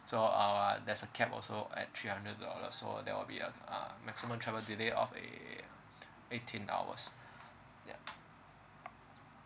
so uh there's a cap also at three hundred dollars so that'll be uh uh maximum travel delay of uh eighteen hours ya